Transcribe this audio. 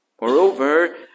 Moreover